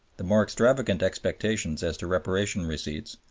the more extravagant expectations as to reparation receipts,